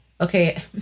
okay